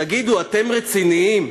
תגידו, אתם רציניים?